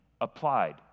applied